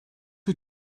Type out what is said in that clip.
wyt